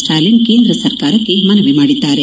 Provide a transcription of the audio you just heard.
ಸ್ಟ್ರಾಲಿನ್ ಕೇಂದ್ರ ಸರ್ಕಾರಕ್ಕೆ ಮನವಿ ಮಾಡಿದ್ದಾರೆ